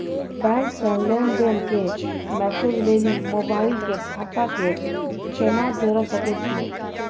Bank से लेंन देंन के मैसेज लेली मोबाइल के खाता के केना जोड़े सकय छियै?